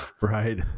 right